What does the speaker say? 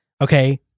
okay